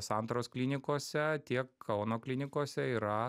santaros klinikose tiek kauno klinikose yra